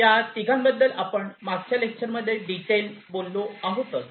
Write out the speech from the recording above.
या तिघं बद्दल आपण मागच्या लेक्चर मध्ये डिटेल बोललो आहोतच